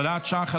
הוראת שעה,